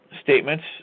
statements